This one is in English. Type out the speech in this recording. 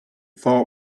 thought